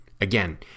Again